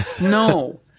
No